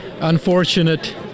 unfortunate